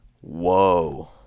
Whoa